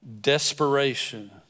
Desperation